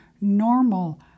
normal